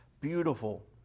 beautiful